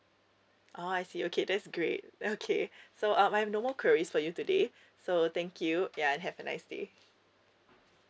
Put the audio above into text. oh I see okay that's great okay so um I have no more queries for you today so thank you ya and have a nice day